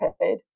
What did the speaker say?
paid